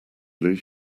lose